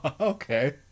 Okay